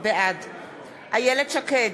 בעד איילת שקד,